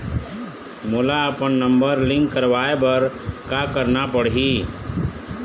मोला अपन number link करवाये बर का करना पड़ही?